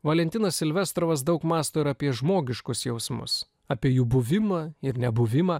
valentiną silvestros daug mąsto ir apie žmogiškus jausmus apie jų buvimą ir nebuvimą